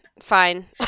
fine